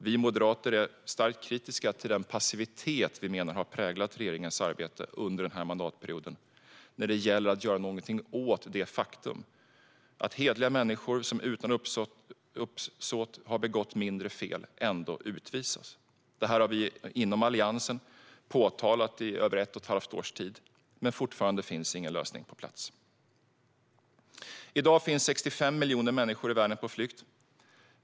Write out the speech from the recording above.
Vi moderater är starkt kritiska till den passivitet som vi menar har präglat regeringens arbete under mandatperioden när det gäller att göra något åt det faktum att hederliga människor som utan uppsåt har begått mindre fel ändå utvisas. Detta har vi inom Alliansen påtalat i över ett och ett halvt års tid, men fortfarande finns ingen lösning på plats. I dag är 65 miljoner människor i världen på flykt.